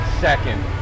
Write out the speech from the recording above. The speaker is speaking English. second